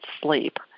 sleep